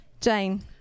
Jane